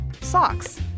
socks